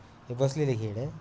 हे बसलेले दे खेळ आहे